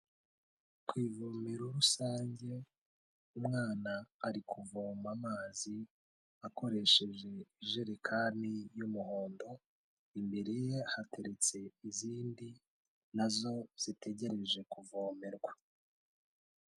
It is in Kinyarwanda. Ku ivomero rusange, umwana ari kuvoma amazi akoresheje ijerekani y'umuhondo, imbere ye hateretse izindi, na zo zitegereje kuvomerwa.